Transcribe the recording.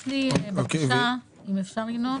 יש לי בקשה, אם אפשר, ינון?